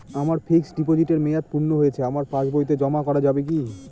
আমার ফিক্সট ডিপোজিটের মেয়াদ পূর্ণ হয়েছে আমার পাস বইতে জমা করা যাবে কি?